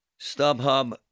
StubHub